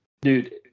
Dude